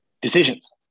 decisions